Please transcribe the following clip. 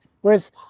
Whereas